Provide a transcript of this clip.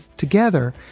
together,